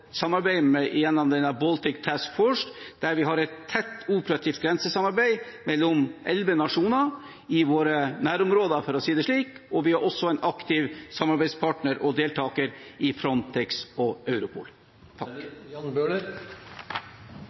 med Baltic Sea Task Force, der vi har et tett operativt grensesamarbeid mellom elleve nasjoner i våre nærområder, og vi er også en aktiv samarbeidspartner og deltaker i Frontex og Europol.